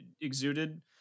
exuded